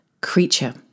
creature